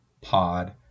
pod